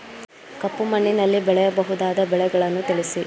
ಕಪ್ಪು ಮಣ್ಣಿನಲ್ಲಿ ಬೆಳೆಯಬಹುದಾದ ಬೆಳೆಗಳನ್ನು ತಿಳಿಸಿ?